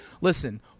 Listen